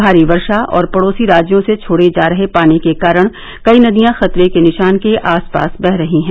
भारी वर्षा और पड़ोसी राज्यों से छोडे जा रहे पानी के कारण कई नदियां खतरे के निशान के आस पास बह रही हैं